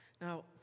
Now